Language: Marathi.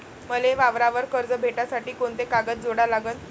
मले वावरावर कर्ज भेटासाठी कोंते कागद जोडा लागन?